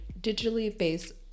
digitally-based